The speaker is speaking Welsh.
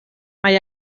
mae